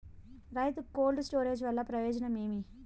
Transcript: రైతుకు cold storage వల్ల ప్రయోజనం ఏమి?